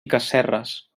casserres